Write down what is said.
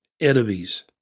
enemies